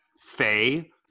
Faye